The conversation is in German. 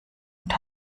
und